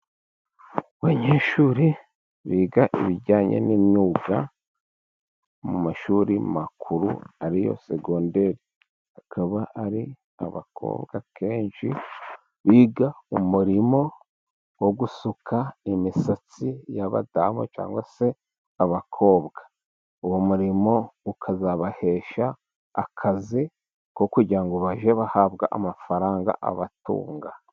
Abanyeshuri biga ibijyanye n'imyuga mu mashuri makuru ariyo segonderi. Akaba ari abakobwa kenshi biga umurimo wo gusuka imisatsi y'abadamu cyangwa se abakobwa. Uwo murimo ukazabahesha akazi, ko kugira ngo bajye bahabwa amafaranga abatunga.